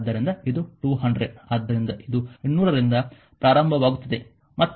ಆದ್ದರಿಂದ ಇದು 200 ಆದ್ದರಿಂದ ಇದು 200 ರಿಂದ ಪ್ರಾರಂಭವಾಗುತ್ತಿದೆ